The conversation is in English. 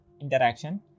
interaction